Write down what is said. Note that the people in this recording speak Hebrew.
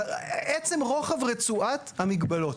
אבל עצם רוחב רצועת המגבלות.